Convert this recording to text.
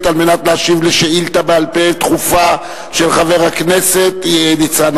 על מנת להשיב על שאילתא דחופה בעל-פה של חבר הכנסת ניצן